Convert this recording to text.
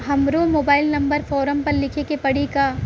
हमरो mobile number forum पर लिखे के पड़ी का?